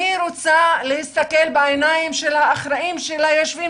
אני רוצה להסתכל בעיניים של האחראים שיושבים